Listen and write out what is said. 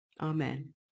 Amen